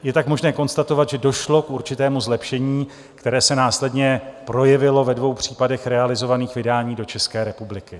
Je tak možné konstatovat, že došlo k určitému zlepšení, které se následně projevilo ve dvou případech realizovaných vydání do České republiky.